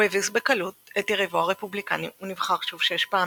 הוא הביס בקלות את יריבו הרפובליקני ונבחר שוב 6 פעמים,